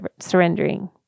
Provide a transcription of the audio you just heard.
surrendering